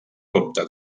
compte